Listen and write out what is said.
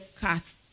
cut